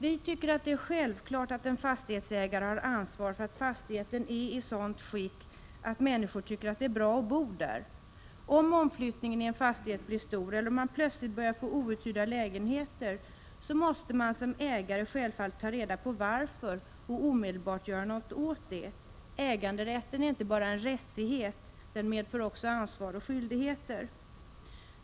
Vi tycker att det är självklart att en fastighetsägare har ansvar för att fastigheten är i sådant skick att människor tycker att det är bra att bo där. Om omflyttningen i en fastighet blir stor eller om man plötsligt börjar få outhyrda lägenheter, måste man som ägare självfallet ta reda på varför och omedelbart göra något åt det. Äganderätten är inte bara en rättighet. Den medför också ansvar och skyldigheter.